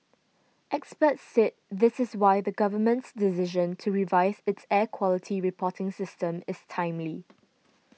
experts said this is why the Government's decision to revise its air quality reporting system is timely